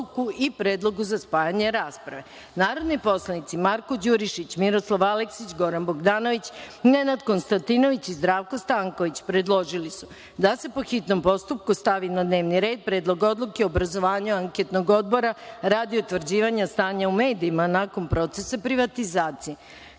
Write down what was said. i predlogu za spajanje rasprave. Narodni poslanici Marko Đurišić, Miroslav Aleksić, Goran Bogdanović, Nenad Konstantinović i Zdravko Stanković predložili su da se, po hitnom postupku, stavi na dnevni red – Predlog odluke o obrazovanju anketnog odbora radi utvrđivanja stanja u medijima nakon procesa privatizacije. Kako